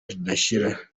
ridashira